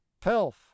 pelf